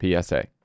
PSA